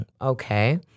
okay